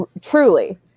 truly